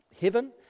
heaven